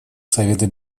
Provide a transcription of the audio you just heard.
совета